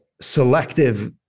selective